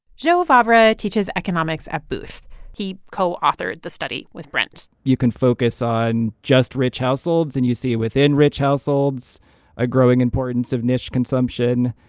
joe vavra teaches economics at booth. he co-authored the study with brent you can focus on just rich households, and you see within rich households a growing importance of niche consumption.